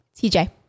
TJ